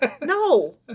No